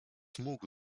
mógł